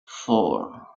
four